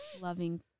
loving